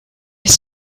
his